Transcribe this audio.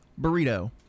Burrito